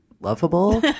lovable